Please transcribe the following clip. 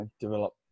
develop